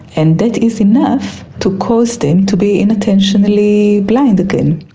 and that is enough to cause them to be inattentionally blind again.